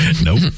Nope